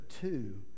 two